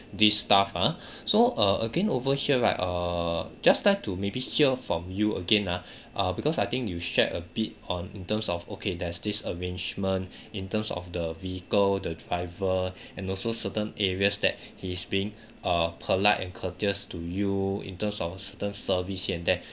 this staff ah so uh again over here right err just like to maybe hear from you again ah uh because I think you shared a bit on in terms of okay there's this arrangement in terms of the vehicle the driver and also certain areas that he's being uh polite and courteous to you in terms of certain service here and there